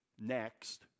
next